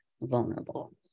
vulnerable